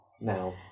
now